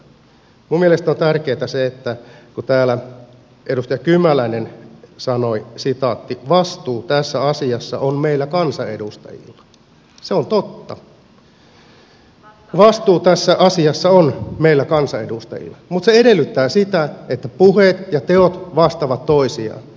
minun mielestäni on tärkeää se että kun täällä edustaja kymäläinen sanoi että vastuu tässä asiassa on meillä kansanedustajilla se on totta vastuu tässä asiassa on meillä kansanedustajilla mutta se edellyttää sitä että puheet ja teot vastaavat toisiaan